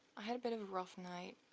i had a bit of a rough night.